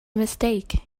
mistake